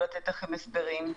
לתת לכם הסברים.